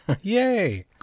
Yay